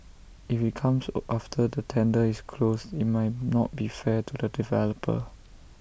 if IT comes after the tender is closed IT might not be fair to the developer